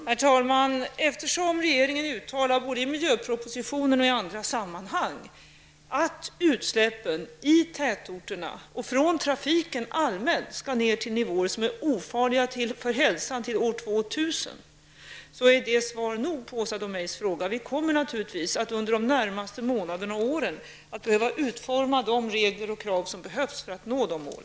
Herr talman! Regeringen har både i miljöpropositionen och i andra sammanhang uttalat att utsläppen i tätorterna och från trafiken allmänt till år 2000 skall ned till nivåer som är ofarliga för hälsan. Det är svar nog på Åsa Domeijs fråga. Vi kommer naturligtvis att under de närmaste månaderna och åren behöva utforma de regler och krav som behövs för att nå dessa mål.